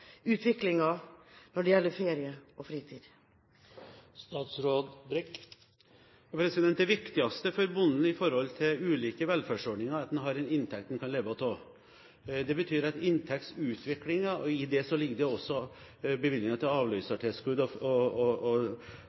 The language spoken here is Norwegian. når det gjelder ferie og fritid? Det viktigste for bonden i forhold til ulike velferdsordninger er at han har en inntekt han kan leve av. Det betyr at i inntektsutviklingen ligger det også bevilgninger til avløsertilskudd og ferie- og